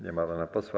Nie ma pana posła.